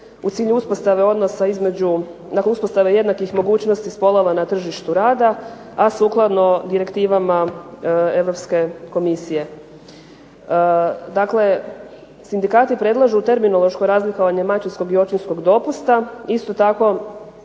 između, uspostave jednakih mogućnosti spolova na tržištu rada, a sukladno direktivama Europske Komisije. Dakle, sindikati predlažu terminološko razlikovanje majčinskog i očinskog dopusta, isto tako